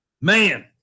Man